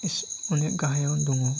इसे अनेख गाहायाव दङ